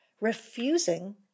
refusing